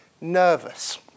nervous